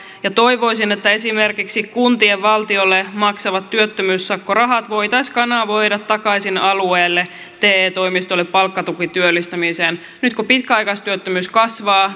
ja toivoisin että esimerkiksi kuntien valtiolle maksamat työttömyyssakkorahat voitaisiin kanavoida takaisin alueelle te toimistolle palkkatukityöllistämiseen nyt kun pitkäaikaistyöttömyys kasvaa